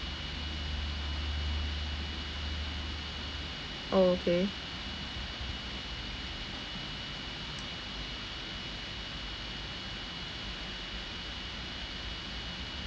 orh okay